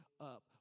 up